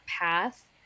path